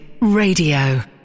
Radio